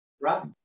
Right